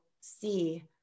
see